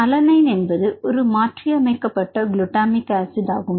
alanine என்பது ஒரு மாற்றியமைக்கப்பட்ட குலுட்டாமிக் ஆசிட் ஆகும்